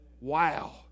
Wow